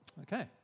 Okay